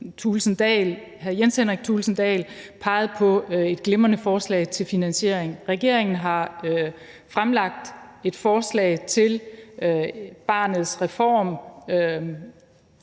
hr. Jens Henrik Thulesen Dahl, peger på et glimrende forslag til finansiering. Regeringen har fremlagt et forslag til Barnets Reform.